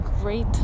great